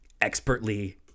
expertly